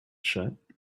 shut